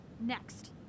Next